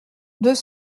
deux